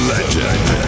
Legend